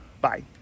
Bye